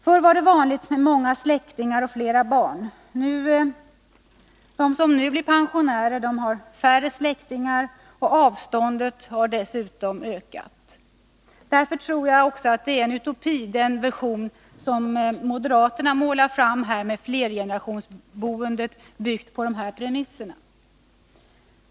Förr var det vanligt med många släktingar och flera barn. De som nu blir pensionärer har färre släktingar, och avstånden har dessutom ökat. Den vision som moderaterna målar upp med flergenerationsboende tror jag därför är en utopi.